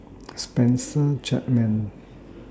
Spencer Chapman